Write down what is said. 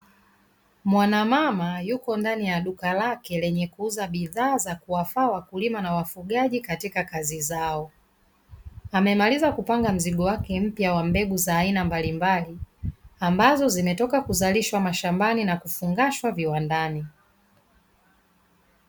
Mwanamama yupo ndani ya duka lake, lenye kuuza bidhaa za kuwafaa wakuliuma na wafugaji katika kazi zao. Amemaliza kupanga mzigo wake mpya wa mbegu za aina mbalimbali, ambazo zimetoka kuzalishwa mashambani na kufungashwa viwandani.